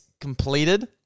completed